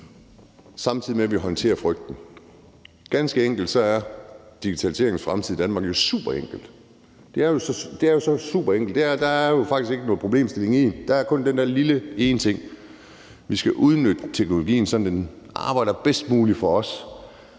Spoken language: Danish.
samtidig med at vi håndterer frygten. Digitaliseringens fremtid i Danmark er jo super enkel. Det er jo så super enkelt; der er jo faktisk ikke nogen problemstilling i det. Der er kun den der lille ene ting, nemlig at vi skal udnytte teknologien, sådan at den arbejder bedst muligt for os.